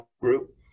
group